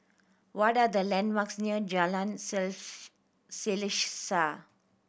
what are the landmarks near Jalan Sale Selaseh